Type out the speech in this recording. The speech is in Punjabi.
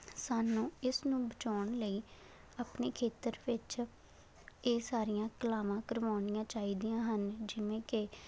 ਸਾਨੂੰ ਇਸ ਨੂੰ ਬਚਾਉਣ ਲਈ ਆਪਣੇ ਖੇਤਰ ਵਿੱਚ ਇਹ ਸਾਰੀਆਂ ਕਲਾਵਾਂ ਕਰਵਾਉਣੀਆਂ ਚਾਹੀਦੀਆਂ ਹਨ ਜਿਵੇਂ ਕਿ